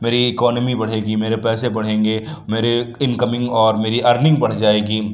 میری اکانومی بڑھے گی میرے پیسے بڑھیں گے میرے ان کمنگ اور میری ارننگ بڑھ جائے گی